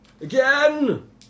again